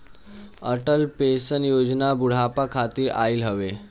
Atal pension योजना बुढ़ापा खातिर आईल हवे